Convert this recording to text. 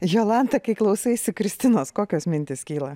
jolanta kai klausaisi kristinos kokios mintys kyla